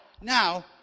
now